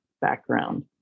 background